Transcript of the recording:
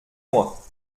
moi